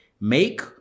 make